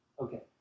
Okay